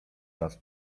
nas